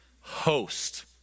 host